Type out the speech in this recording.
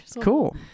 cool